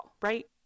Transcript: Right